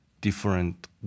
different